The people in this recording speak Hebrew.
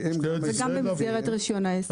וגם במסגרת רישיון העסק.